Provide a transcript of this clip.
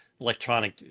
electronic